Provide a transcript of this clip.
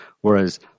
whereas